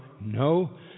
No